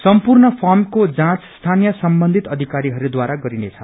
सम्पूर्ण फार्मको जाँच स्थानीय सम्बन्धित अधिकारीहरूद्वारा गरिनेछ